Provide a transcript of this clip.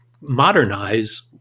modernize